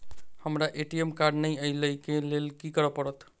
हमरा ATM card नै अई लई केँ लेल की करऽ पड़त?